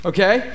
Okay